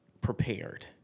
prepared